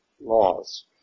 laws